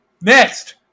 Next